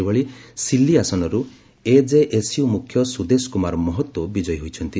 ସେହିଭଳି ସିଲି ଆସନରୁ ଏଜେଏସ୍ୟୁ ମୁଖ୍ୟ ସୁଦେଶ କୁମାର ମହତୋ ବିଜୟୀ ହୋଇଛନ୍ତି